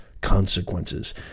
consequences